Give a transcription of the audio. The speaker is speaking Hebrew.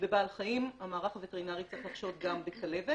בבעל חיים, המערך הווטרינרי צריך לחשוד גם בכלבת.